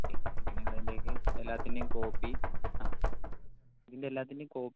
okay അങ്ങനെയുള്ളതിൻ്റെയൊക്കെ copy ആ ഇതിൻ്റെയെല്ലാത്തിന്റേം കോപ്പി